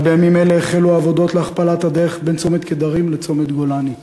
רק בימים אלה החלו העבודות להכפלת הדרך בין צומת קדרים לצומת גולני.